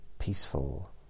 peaceful